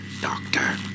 doctor